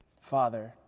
Father